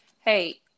hey